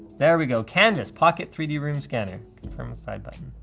there we go, canvas pocket three d room scanner. confirm the side button.